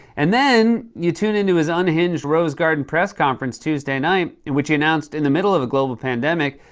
and then, then, you tune in to his unhinged rose garden press conference tuesday night, in which he announced, in the middle of a global pandemic,